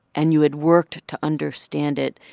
and you had worked to understand it,